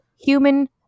human